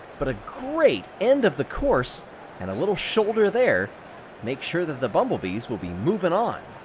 but a great end of the course and a little shoulder there makes sure that the bumblebees will be moving on.